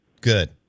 Good